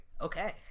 Okay